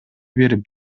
берип